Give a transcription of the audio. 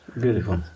Beautiful